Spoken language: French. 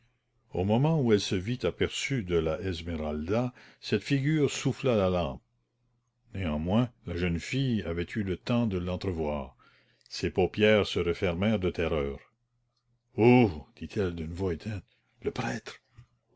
au moment où elle se vit aperçue de la esmeralda cette figure souffla la lampe néanmoins la jeune fille avait eu le temps de l'entrevoir ses paupières se refermèrent de terreur oh dit-elle d'une voix éteinte le prêtre